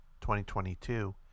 2022